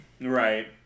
Right